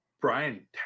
Brian